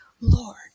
Lord